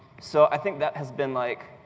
so i think that has been like